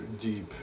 deep